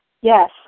Yes